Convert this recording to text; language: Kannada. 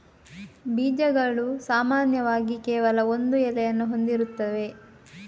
ಬೀಜಗಳು ಸಾಮಾನ್ಯವಾಗಿ ಕೇವಲ ಒಂದು ಎಲೆಯನ್ನು ಹೊಂದಿರುತ್ತವೆ